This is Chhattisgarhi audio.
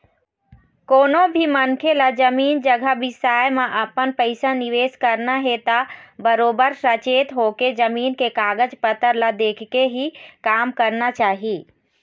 कोनो भी मनखे ल जमीन जघा बिसाए म अपन पइसा निवेस करना हे त बरोबर सचेत होके, जमीन के कागज पतर ल देखके ही काम करना चाही